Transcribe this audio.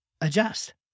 adjust